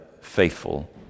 faithful